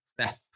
step